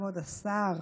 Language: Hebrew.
כבוד השר